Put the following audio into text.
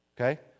Okay